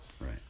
right